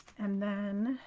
and then,